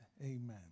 Amen